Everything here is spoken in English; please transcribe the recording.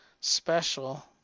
Special